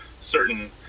certain